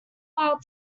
wild